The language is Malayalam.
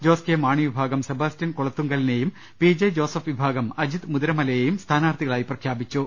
ജോസ് കെ മാണി വിഭാഗം സെബാസ്റ്റ്യൻ കുളത്തുങ്കലിനേയും പി ജെ ജോസഫ് വിഭാഗം അജിത് മുതിര മലയേയും സ്ഥാനാർത്ഥികളായി പ്രഖ്യാപിച്ചു